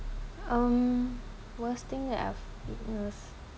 um worst thing that I've witnessed